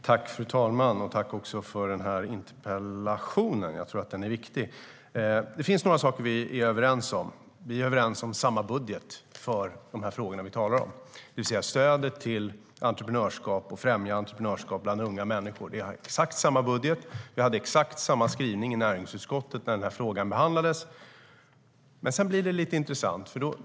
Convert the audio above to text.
Fru talman! Tack för interpellationen - jag tror att den är viktig! Det finns några saker som vi är överens om. Vi är överens om samma budget för de frågor som vi talar om, det vill säga stödet till entreprenörskap och att främja entreprenörskap bland unga människor. Vi har exakt samma budget. Vi hade också exakt samma skrivning i näringsutskottet när frågan behandlades. Sedan blir det lite intressant.